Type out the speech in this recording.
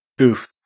Oof